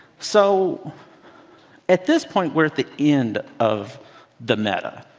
so at this point, we're at the end of the meta.